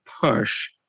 push